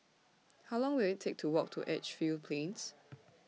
How Long Will IT Take to Walk to Edgefield Plains